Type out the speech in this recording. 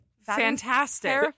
Fantastic